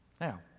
Now